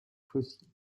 fossiles